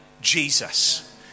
Jesus